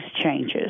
changes